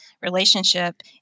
relationship